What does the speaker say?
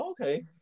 okay